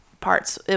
parts